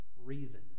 reason